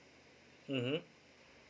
mmhmm